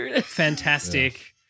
Fantastic